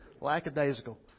Lackadaisical